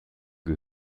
mal